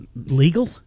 Legal